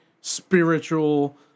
spiritual